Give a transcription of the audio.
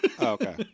okay